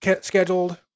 scheduled